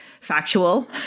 factual